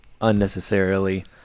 Unnecessarily